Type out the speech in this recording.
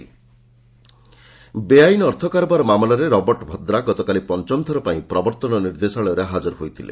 ED Vadra ବୈଆଇନ ଅର୍ଥ କାରବାର ମାମଲାରେ ରବର୍ଟ ଭଦ୍ରା ଗତକାଲି ପଞ୍ଚମ ଥରପାଇଁ ପ୍ରବର୍ତ୍ତନ ନିର୍ଦ୍ଦେଶାଳୟରେ ହାଜର ହୋଇଥିଲେ